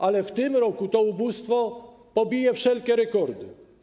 Ale w tym roku to ubóstwo pobije wszelkie rekordy.